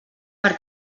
per